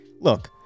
Look